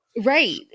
right